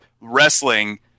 wrestling